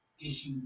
issues